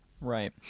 Right